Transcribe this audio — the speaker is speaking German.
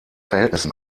verhältnissen